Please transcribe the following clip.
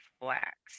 flax